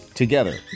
Together